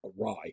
awry